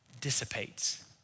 dissipates